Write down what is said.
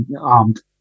armed